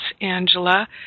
Angela